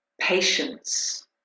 patience